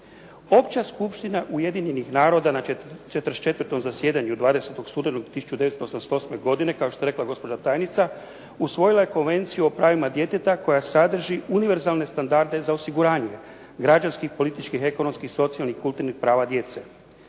Opća Skupština Ujedinjenih narodna na 44. zasjedanju 20. studenog 1988. godine kao što je rekla gospođa tajnica usvojila je Konvenciju o pravima djeteta koja sadrži univerzalne standarde za osiguranje građanskih, političkih, ekonomskih, socijalnih, kulturnih prava djece.